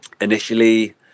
initially